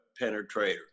penetrator